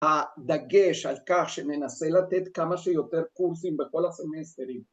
‫הדגש על כך שננסה לתת ‫כמה שיותר קורסים בכל הסמסטרים.